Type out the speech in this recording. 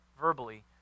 verbally